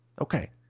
Okay